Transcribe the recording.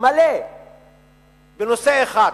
מלא בנושא אחד,